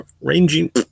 ranging